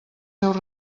seus